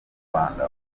rwanda